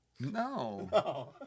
No